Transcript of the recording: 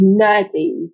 nerdy